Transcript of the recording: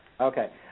Okay